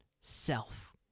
self